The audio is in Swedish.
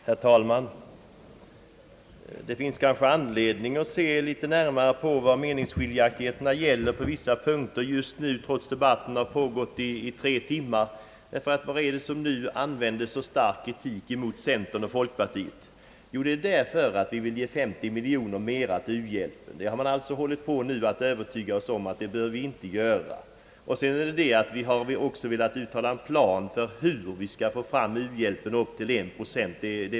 Herr talman! Det finns kanske anledning att se litet närmare på vad meningsskiljaktigheterna gäller i vissa punkter just nu, trots att debatten har pågått i tre timmar. Vad gäller den starka kritik som nu riktas mot centern och folkpartiet? Jo, att vi vill ge 530 miljoner mera till u-hjälpen — det har man nu hållit på att övertyga oss om att vi inte bör kräva — och dessutom har vi velat få en plan för hur Sveriges u-hjälp skall bringas upp till 1 procent.